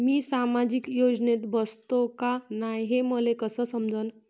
मी सामाजिक योजनेत बसतो का नाय, हे मले कस समजन?